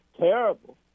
terrible